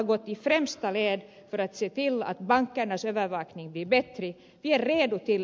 vi är redo för en gemensam övervakning där det behövs